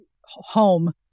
home